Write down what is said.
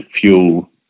fuel